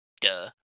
duh